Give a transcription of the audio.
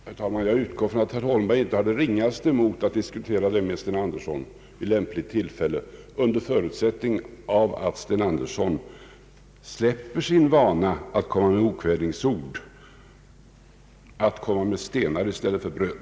Herr talman! Jag utgår från att herr Holmberg inte har det ringaste emot att diskutera den här frågan med herr Sten Andersson vid lämpligt tillfälle under förutsättning att herr Sten Andersson går ifrån sin vana att komma med okvädinsord — att komma med stenar i stället för bröd.